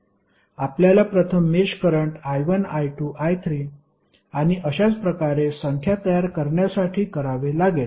आपल्याला प्रथम मेष करंट I1 I2 I3 आणि अशाच प्रकारे संख्या तयार करण्यासाठी करावे लागेल